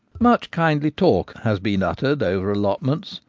much kindly talk has been uttered over allot ments,